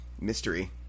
mystery